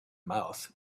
mouth